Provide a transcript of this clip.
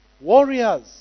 warriors